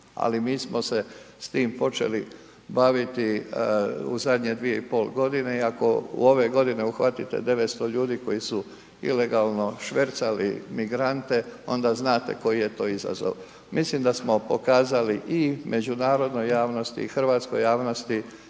ali mi smo se s tim počeli baviti u zadnje 2,5 g. i ako ove godine uhvatite 900 ljudi koji su ilegalno švercali migrante, onda znate koji je to izazov. Mislim da smo pokazali i međunarodnoj javnosti i hrvatskoj javnosti